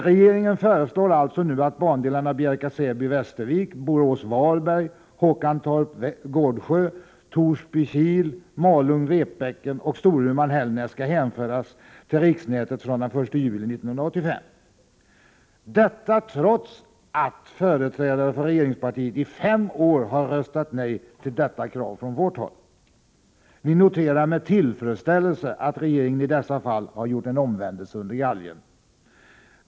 Regeringen föreslår alltså nu att bandelarna Bjärka Säby-Västervik, Borås Varberg, Håkantorp-Gårdsjö, Torsby-Kil, Malung-Repbäcken och Storuman-Hällnäs skall hänföras till riksnätet från den 1 juli 1985; trots att företrädare för regeringspartiet i fem år har röstat nej till detta krav från vårt håll. Vi noterar med tillfredsställelse att regeringen i dessa fall har gjort en omvändelse under galgen!